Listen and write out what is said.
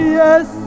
yes